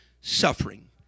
suffering